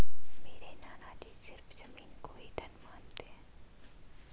मेरे नाना जी सिर्फ जमीन को ही धन मानते हैं